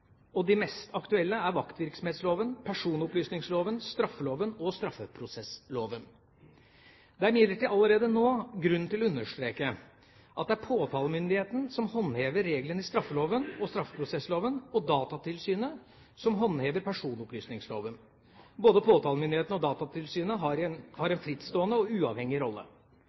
og de mest aktuelle er vaktvirksomhetsloven, personopplysningsloven, straffeloven og straffeprosessloven. Det er imidlertid allerede nå grunn til å understreke at det er påtalemyndigheten som håndhever reglene i straffeloven og straffeprosessloven, og Datatilsynet som håndhever personopplysningsloven. Både påtalemyndigheten og Datatilsynet har en frittstående og uavhengig rolle.